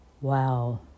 wow